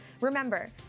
Remember